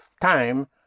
time